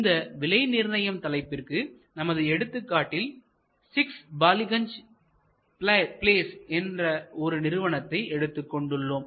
இந்த விலை நிர்ணயம் தலைப்பிற்கு நமது எடுத்துக்காட்டில் 6 பாலிகஞ்ச் ப்ளேஸ் என்ற ஒரு நிறுவனத்தை எடுத்துக் கொண்டுள்ளோம்